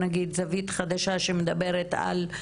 פרסום שיש בו גם קונטקסט,